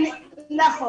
נכון.